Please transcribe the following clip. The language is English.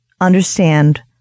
understand